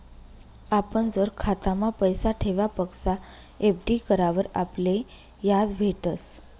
आपण जर खातामा पैसा ठेवापक्सा एफ.डी करावर आपले याज भेटस